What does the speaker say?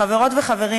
חברות וחברים,